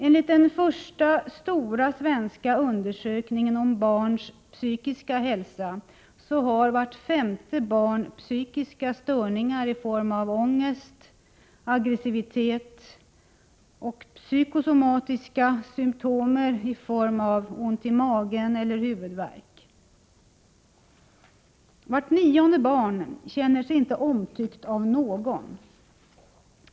Enligt den första stora svenska undersökningen om barns psykiska hälsa, så har vart femte barn psykiska störningar i form av ångest, aggressivitet och psykosomatiska symptom, såsom ont i magen eller huvudvärk. Vart nionde barn känner sig inte omtyckt av någon.